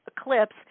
eclipse